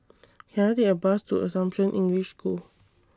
Can I Take A Bus to Assumption English School